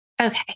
okay